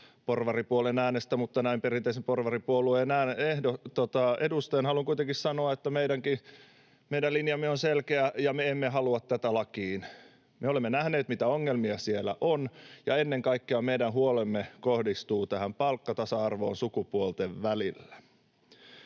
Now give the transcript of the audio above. porvaripuolen äänestä, mutta näin perinteisen porvaripuolueen edustajana haluan kuitenkin sanoa, että meidän linjamme on selkeä ja me emme halua tätä lakiin. Me olemme nähneet, mitä ongelmia siellä on, ja ennen kaikkea meidän huolemme kohdistuu tähän palkkatasa-arvoon sukupuolten välillä.